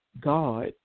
God